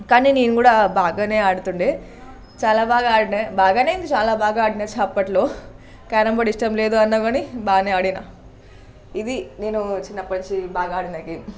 కానీ నేను కూడా బాగా ఆడుతుండే చాలా బాగా ఆడిన బాగా చాలా బాగా ఆడిన అప్పట్లో క్యారమ్ బోర్డు ఇష్టం లేదు అన్నా కానీ బాగా ఆడినాను ఇది నేను చిన్నప్పటి నుంచి బాగా ఆడిన గేమ్స్